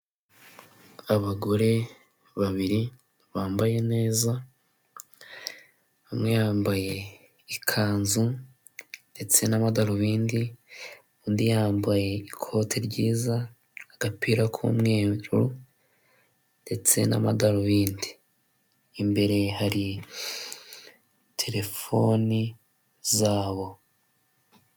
Abagore babiri bambaye neza umwe yambaye ikanzu ndetse n'amadarubindi, undi yambaye ikote ryiza agapira k'umweru ndetse n'amadarubindi, imbere hari terefoni zabo.